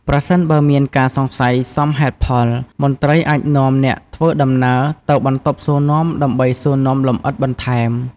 ប្រសិនបើមានការសង្ស័យសមហេតុផល មន្ត្រីអាចនាំអ្នកធ្វើដំណើរទៅបន្ទប់សួរនាំដើម្បីសួរនាំលម្អិតបន្ថែម។